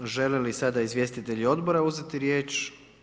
Žele li sada izvjestitelji odbora uzeti riječ?